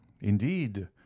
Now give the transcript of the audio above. indeed